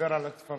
דבר על הצפרדעים.